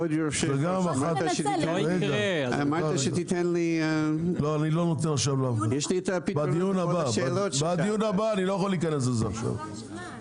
חלק מההגדלה היא ברשויות המקומיות, למשל.